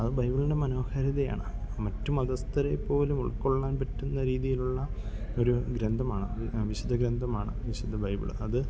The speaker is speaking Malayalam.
അത് ബൈബിളിൻ്റെ മനോഹാരിതയാണ് മറ്റു മതസ്ഥരേപ്പോലും ഉൾക്കൊള്ളാൻ പറ്റുന്ന രീതിയിലുള്ള ഒരു ഗ്രന്ഥമാണ് ഒരു വിശുദ്ധ ഗ്രന്ഥമാണ് വിശുദ്ധ ബൈബിൾ അത്